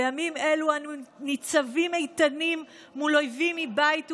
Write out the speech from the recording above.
בימים אלו אנו ניצבים איתנים מול אויבים מבית ומחוץ,